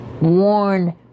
Warn